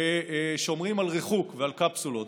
ושומרים על ריחוק ועל קפסולות.